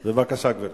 בבקשה, גברתי.